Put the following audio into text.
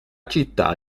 città